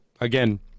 again